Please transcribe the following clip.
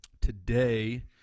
Today